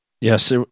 Yes